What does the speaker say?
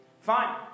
Fine